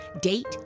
date